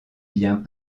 biens